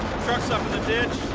truck's up in the ditch.